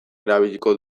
erabiliko